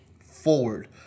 forward